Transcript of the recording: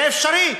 זה אפשרי,